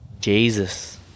Jesus